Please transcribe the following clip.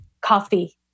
coffee